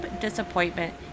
Disappointment